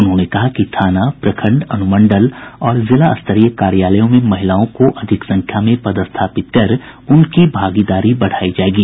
उन्होंने कहा कि थाना प्रखंड अनुमंडल और जिला स्तरीय कार्यालयों में महिलाओं को अधिक संख्या में पदस्थापित कर उनकी भागीदारी बढ़ायी जायेगी